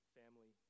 family